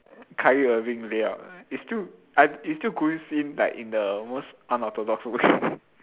Kyrie Irving layup it's still I it still goes in like in the most unorthodox way